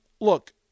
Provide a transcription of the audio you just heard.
look